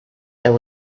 there